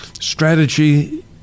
strategy